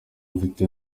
mfite